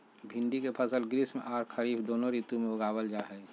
भिंडी के फसल ग्रीष्म आर खरीफ दोनों ऋतु में उगावल जा हई